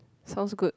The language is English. sounds good